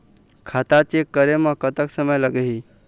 खाता चेक करे म कतक समय लगही?